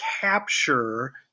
capture